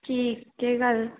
की केह् गल्ल